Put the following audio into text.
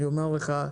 אני אומר לך,